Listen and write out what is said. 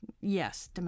Yes